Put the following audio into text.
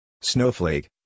Snowflake